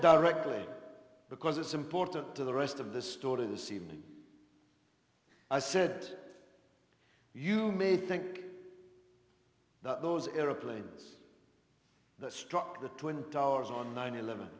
directly because it's important to the rest of the story this evening i said you may think that those airplanes that struck the twin towers on nine eleven